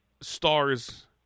stars